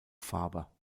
faber